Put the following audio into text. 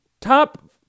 top